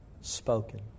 spoken